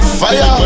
fire